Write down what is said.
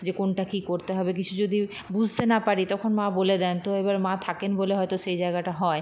যে কোনটা কী করতে হবে কিছু যদি বুঝতে না পারি তখন মা বলে দেন তো এবার মা থাকেন বলে হয়তো সেই জায়গাটা হয়